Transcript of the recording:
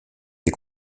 des